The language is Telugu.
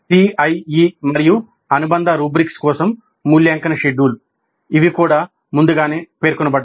CIE మరియు అనుబంధ రుబ్రిక్స్ కోసం మూల్యాంకన షెడ్యూల్ ఇవి కూడా ముందుగానే పేర్కొనబడ్డాయి